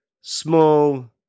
small